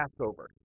Passover